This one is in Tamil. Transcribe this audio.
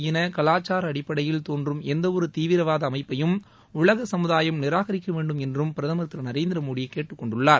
இன கலாச்சார அடிப்படையில் தோன்றம் எந்தவொரு தீவிரவாத அமைப்பையும் உலக சமுதாயம் நிராகரிக்க வேண்டும் என்றும் பிரதமர் திரு நரேந்திர மோடி கேட்டுக்கொண்டுள்ளார்